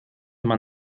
man